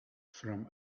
from